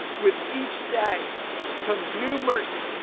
with each day comes new mercy,